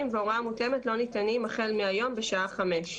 והוראה מותאמת לא ניתנים החל מהיום בשעה חמש.